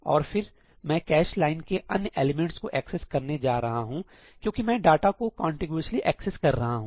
और फिर मैं कैश लाइन के अन्य एलिमेंट्स को एक्सेस करने जा रहा हूं क्योंकि मैं डाटा को कॉन्टिगोअसली एक्सेस कर रहा हूं